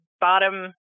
bottom